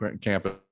campus